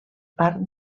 parc